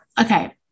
okay